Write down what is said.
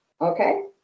Okay